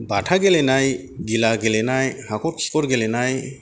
बाथा गेलेनाय गिला गेलेनाय हाखर खिखर गेलेनाय